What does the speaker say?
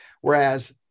whereas